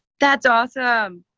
that's awesome!